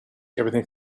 everything